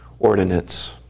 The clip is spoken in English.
Ordinance